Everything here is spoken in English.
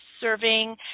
serving